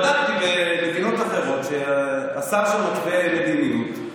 בדקתי במדינות אחרות שהשר שם מתווה מדיניות,